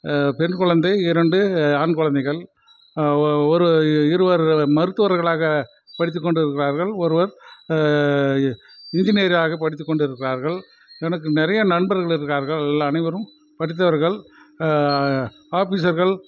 பெண் குழந்தை இரண்டு ஆண் குழந்தைகள் ஒரு இருவர் மருத்துவர்களாக படித்துக்கொண்டு இருக்கிறார்கள் ஒருவர் இன்ஜினியராக படித்துக்கொண்டு இருக்கிறார்கள் எனக்கு நிறையா நண்பர்கள் இருக்கிறார்கள் அனைவரும் படித்தவர்கள் ஆஃபீஸர்கள்